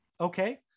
Okay